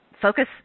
Focus